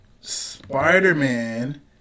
Spider-Man